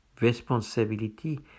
responsibility